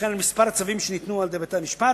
וכן על מספר הצווים שניתנו על-ידי בתי-משפט,